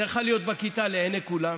זה יכול היה להיות בכיתה לעיני כולם,